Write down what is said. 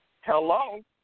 hello